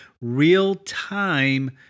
real-time